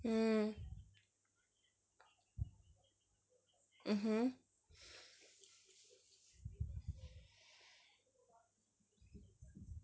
mm mmhmm